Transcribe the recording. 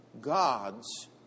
God's